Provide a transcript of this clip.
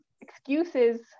excuses